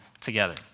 together